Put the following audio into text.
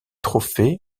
trophée